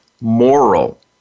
moral